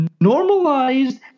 normalized